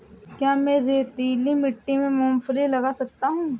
क्या मैं रेतीली मिट्टी में मूँगफली लगा सकता हूँ?